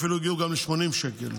אפילו הגיעו ל-80 שקל.